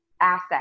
asset